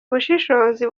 ubushishozi